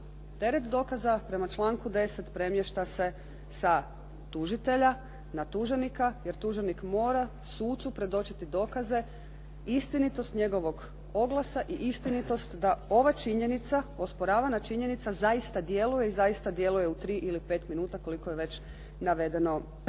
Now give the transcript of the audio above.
Teret dokaza prema članku 10. premješta se sa tužitelja na tuženika, jer tuženik mora sucu predočiti dokaze, istinitost njegovog oglasa i istinitost da ova činjenica, osporavana činjenica zaista djeluje i zaista djeluje u tri ili pet minuta koliko je već navedeno